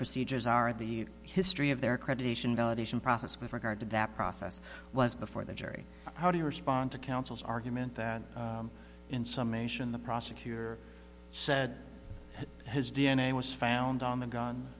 procedures are at the history of their accreditation validation process with regard to that process was before the jury how do you respond to counsel's argument that in some nation the prosecutor said his d n a was found on the gun